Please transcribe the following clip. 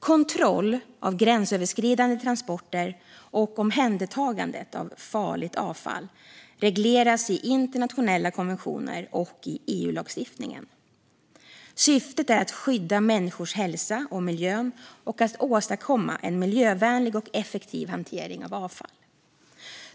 Kontroll av gränsöverskridande transporter och omhändertagandet av farligt avfall regleras i internationella konventioner och i EU-lagstiftningen. Syftet är att skydda människors hälsa och miljön och att åstadkomma en miljövänlig och effektiv hantering av avfall.